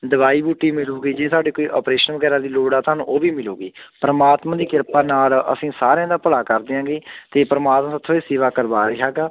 ਦਵਾਈ ਬੂਟੀ ਮਿਲੂਗੀ ਜੀ ਤੁਹਾਡੇ ਕੋਈ ਅਪ੍ਰੇਸ਼ਨ ਵਗੈਰਾ ਦੀ ਲੋੜ ਹੈ ਤੁਹਾਨੂੰ ਉਹ ਵੀ ਮਿਲੂਗੀ ਪਰਮਾਤਮਾ ਦੀ ਕਿਰਪਾ ਨਾਲ ਅਸੀਂ ਸਾਰਿਆਂ ਦਾ ਭਲਾ ਕਰਦੇ ਐਂਗੇ ਅਤੇ ਪਰਮਾਤਮਾ ਸਾਡੇ ਤੋਂ ਇਹ ਸੇਵਾ ਕਰਵਾ ਰਿਹਾ ਗਾ